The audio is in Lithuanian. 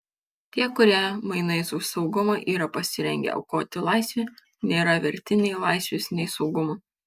tie kurie mainais už saugumą yra pasirengę aukoti laisvę nėra verti nei laisvės nei saugumo